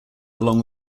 along